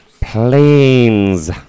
planes